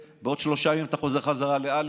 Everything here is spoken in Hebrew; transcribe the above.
בעוד שלושה ימים אתה חוזר חזרה לא'.